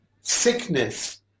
sickness